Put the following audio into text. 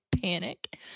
panic